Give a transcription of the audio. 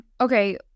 Okay